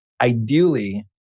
ideally